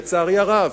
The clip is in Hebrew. לצערי הרב,